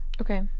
Okay